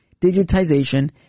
digitization